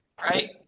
right